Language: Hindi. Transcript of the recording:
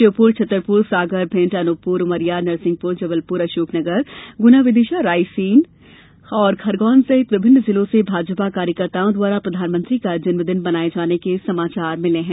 श्योपुर छतरपुर सागर भिंड अनूपपुर उमरिया नरसिंहपु जबलपुर अशोकनगर गुनाविदिशा रायसेनखंडवा और खरगोन सहित विभिन्न जिलों से भाजपा कार्यकर्ताओं द्वारा प्रधानमंत्री का जन्मदिवस मनाये जाने के समाचार मिले हैं